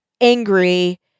angry